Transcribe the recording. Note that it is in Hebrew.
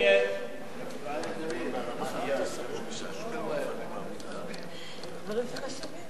ההסתייגות הראשונה של חברי הכנסת אבישי ברוורמן ושלי יחימוביץ